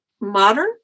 Modern